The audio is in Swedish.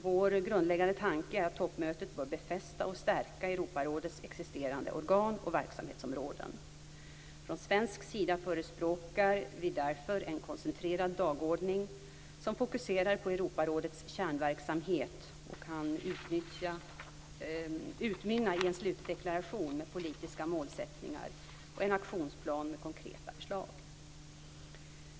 Vår grundläggande tanke är att toppmötet bör befästa och stärka Europarådets existerande organ och verksamhetsområden. Från svensk sida förespråkar vi därför en koncentrerad dagordning som fokuserar på Europarådets kärnverksamhet och kan utmynna i en slutdeklaration med politiska målsättningar och en aktionsplan med konkreta förslag.